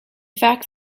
fact